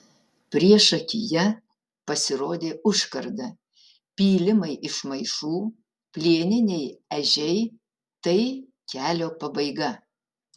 priešakyje pasirodė užkarda pylimai iš maišų plieniniai ežiai tai kelio pabaiga